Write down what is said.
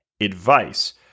Advice